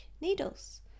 needles